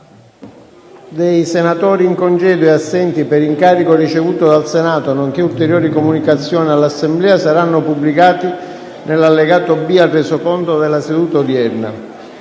dei senatori in congedo e assenti per incarico ricevuto dal Senato, nonche´ ulteriori comunicazioni all’Assemblea saranno pubblicati nell’allegato B al Resoconto della seduta odierna.